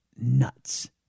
nuts